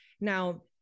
Now